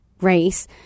race